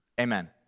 Amen